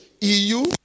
Eu